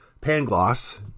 Pangloss